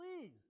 please